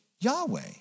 Yahweh